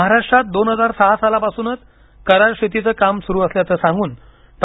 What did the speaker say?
महाराष्ट्रात दोन हजार सहा साला पासुनच करार शेतीच काम सुरू असल्याच सांगुन डॉ